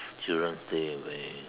children's day where